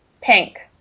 Pink